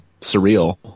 surreal